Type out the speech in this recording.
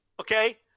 okay